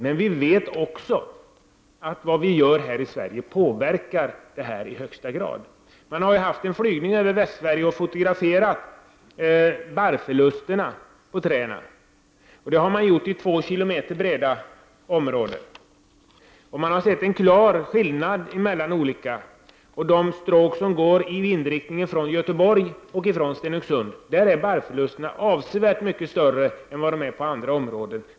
Men vi vet också att det vi gör i Sverige i högsta grad påverkar försurningen. Genom flygfotografering i Västsverige över 2 km breda områden har barrförlusterna på träden undersökts. Man har därvid kunnat se en klar skillnad mellan olika områden. På stråken i vindriktningen från Göteborg och från Stenungsund är barrförlusterna avsevärt större än i andra områden.